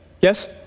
yes